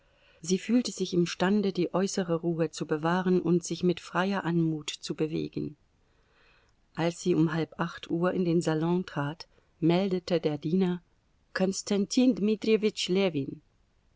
sie fühlte sich imstande die äußere ruhe zu bewahren und sich mit freier anmut zu bewegen als sie um halb acht uhr in den salon trat meldete der diener konstantin